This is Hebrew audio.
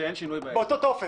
ושאין שינוי בטופס.